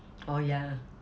oh ya